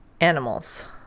Animals